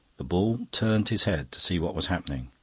the bull turned his head to see what was happening,